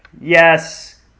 yes